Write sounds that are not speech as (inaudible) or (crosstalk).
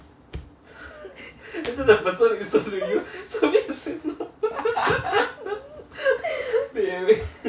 (laughs)